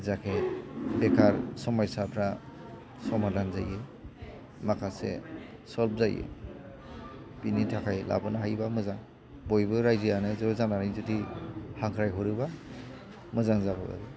जाहाथे बेखार समयस्साफ्रा समाधान जायो माखासे सल्भ जायो बेनि थाखाय लाबोनो हायोब्ला मोजां बयबो रायजोआनो ज' जानानै जुदि हांख्राय हरोब्ला मोजां जागौ आरो